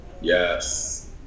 Yes